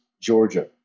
Georgia